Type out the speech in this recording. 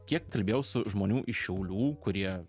kiek kalbėjau su žmonių iš šiaulių kurie